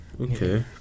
Okay